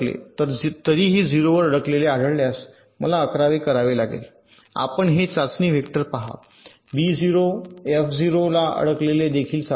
तर तरीही 0 वर अडकलेले आढळल्यास मला 1 1 लावावे लागेल आपण हे चाचणी वेक्टर पहा बी 0 फ 0 ला अडकलेले देखील सापडेल